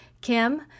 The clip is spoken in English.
Kim